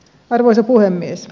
arvoisa puhemies